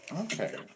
okay